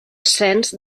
cens